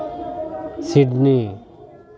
Sydney